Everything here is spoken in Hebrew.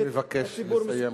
אני מבקש לסיים,